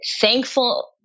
thankful